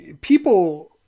people